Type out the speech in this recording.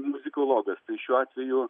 muzikologas tai šiuo atveju